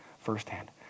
firsthand